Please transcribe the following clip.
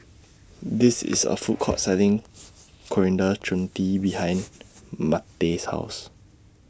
This IS A Food Court Selling Coriander Chutney behind Mattye's House